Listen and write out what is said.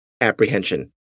apprehension